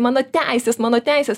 mano teisės mano teisės